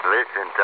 Listen